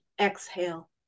exhale